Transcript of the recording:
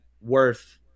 worth